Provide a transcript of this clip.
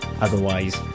otherwise